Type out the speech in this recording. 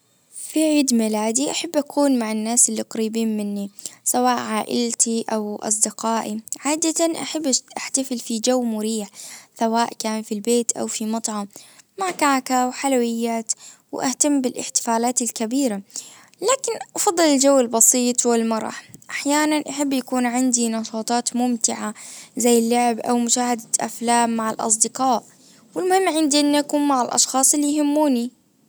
وفي عيد ميلادي احب اكون مع الناس اللي قريبين مني. سواء عائلتي او اصدقائي. عادة احب احتفل في جو مريح. سواء كان في البيت او في مطعم. مع كعكة وحلويات. واهتم بالاحتفالات الكبيرة. لكن افضل الجو البسيط والمرح احيانا أحب يكون عندي نشاطات ممتعة زي اللعب او مشاهدة افلام مع الاصدقاء والمهم عندي اني اكون مع الاشخاص اللي يهموني.